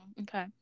Okay